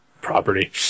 property